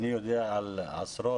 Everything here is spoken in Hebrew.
אני יודע על עשרות,